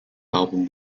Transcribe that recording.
album